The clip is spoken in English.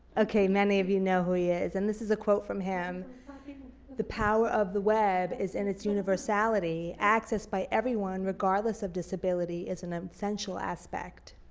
ok many of you know who he is and this is a quote from him the power of the web is in its universality. access by everyone regardless of disability is an ah essential aspect.